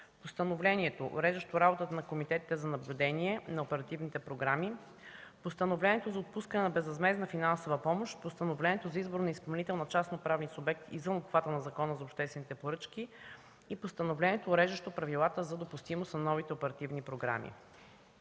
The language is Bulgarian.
Постановлението, уреждащо работата на Комитета за наблюдение на оперативните програми, Постановлението за отпускане на безвъзмездна финансова помощ, Постановлението за избор на изпълнител на частно-правен субект, извън обхвата на Закона за обществените поръчки и Постановлението, уреждащо правилата за допустимост на новите оперативни програми.